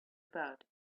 about